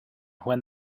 when